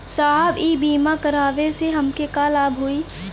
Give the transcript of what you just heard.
साहब इ बीमा करावे से हमके का लाभ होई?